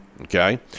Okay